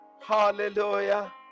Hallelujah